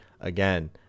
again